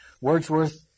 Wordsworth